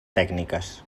tècniques